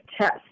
test